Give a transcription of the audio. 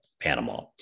Panama